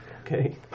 Okay